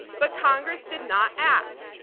but congress did not act.